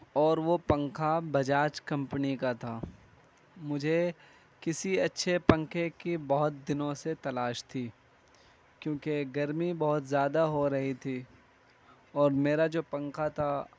اور وہ پنکھا بجاج کمپنی کا تھا مجھے کسی اچھے پنکھے کی بہت دنوں سے تلاش تھی کیوںکہ گرمی بہت زیادہ ہو رہی تھی اور میرا جو پنکھا تھا